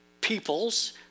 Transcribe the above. peoples